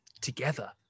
together